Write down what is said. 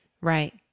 Right